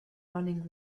running